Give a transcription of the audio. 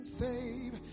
save